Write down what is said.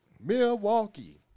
Milwaukee